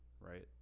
right